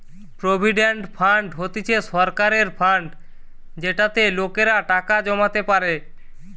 provident fund হতিছে সরকারের fund যেটাতে লোকেরা টাকা জমাতে পারে